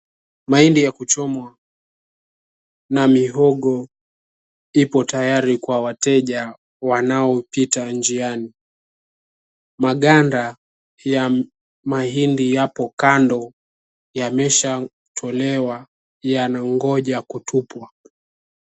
Mahindi ya kuchomwa na mihogo ipo tayari kwa wateja wanaopita njiani. Maganda ya mahindi yapo kando yameshatolewa yanangoja kutupwa.